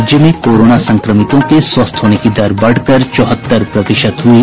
राज्य में कोरोना संक्रमितों के स्वस्थ होने की दर बढ़कर चौहत्तर प्रतिशत हुयी